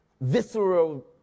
visceral